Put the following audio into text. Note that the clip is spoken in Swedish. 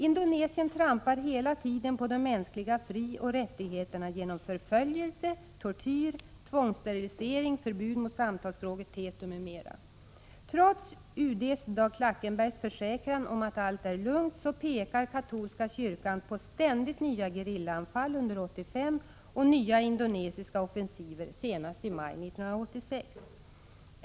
Indonesien trampar hela tiden på de mänskliga frioch rättigheterna genom förföljelse, tortyr, tvångssterilisering, förbud mot samtalsspråket tetum m.m. Trots UD:s Dag Klackenbergs försäkran om att allt är lugnt, pekar katolska kyrkan på ständigt nya gerillaanfall under 1985 och nya indonesiska offensiver, senast i maj 1986.